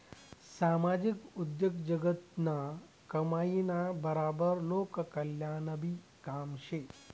सामाजिक उद्योगजगतनं कमाईना बराबर लोककल्याणनंबी काम शे